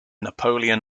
napoleon